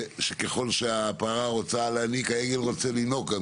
שככול שהפרה רוצה להיניק העגל רוצה לינוק,